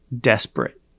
desperate